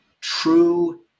true